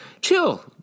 chill